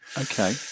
okay